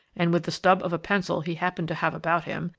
and with the stub of a pencil he happened to have about him,